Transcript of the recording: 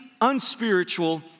unspiritual